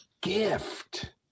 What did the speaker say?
gift